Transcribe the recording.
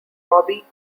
robbie